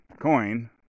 coin